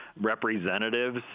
representatives